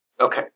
Okay